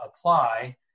apply